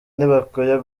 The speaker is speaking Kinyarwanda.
ntibakwiye